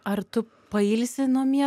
ar tu pailsi namie